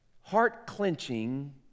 heart-clenching